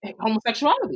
homosexuality